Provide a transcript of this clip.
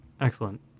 excellent